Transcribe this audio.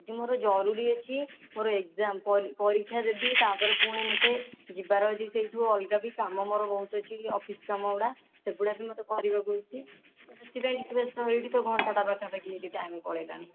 ଦିଦି ମୋର ଜରୁରୀ ଅଛି ମୋର ଏକ୍ସାମ ପରୀକ୍ଷା ଦେବି ତାପରେ ପୁଣି ମୋତେ ଯିବାର ଅଛି ସେଇଠୁ ଅଲଗା କାମ ମୋର ବହୁତ ଅଛି ଅଫିସ କାମ ଗୁଡ଼ା ସେଗୁଡ଼ାକ ବି ମୋତେ କରିବାକୁ ଅଛି ସେଇଥିପାଇଁ ଏତେ ବ୍ୟସ୍ତ ହେଉଛି ଘଣ୍ଟାଟେ ପାଖାପାଖି କେତେ ଟାଇମ୍ ପଳେଇଲାଣି